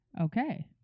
Okay